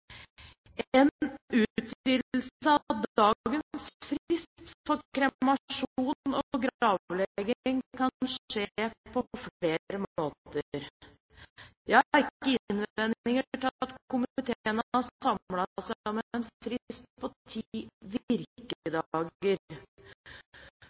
En utvidelse av dagens frist for kremasjon og gravlegging kan skje på flere måter. Jeg har ikke innvendinger mot at komiteen har samlet seg om en frist på ti